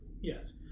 Yes